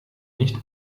nicht